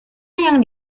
yang